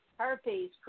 herpes